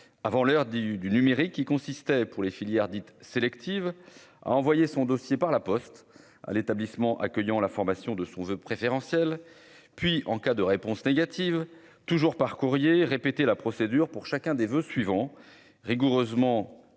avant l'heure du du numérique qui consistait pour les filières dites sélectives a envoyé son dossier par la Poste à l'établissement accueillant la formation de son voeu préférentiel puis en cas de réponse négative, toujours par courrier répéter la procédure pour chacun, des voeux suivant rigoureusement cher